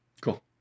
Cool